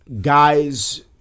guys